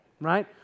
right